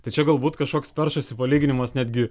tai čia gal būt kažkoks peršasi palyginimas netgi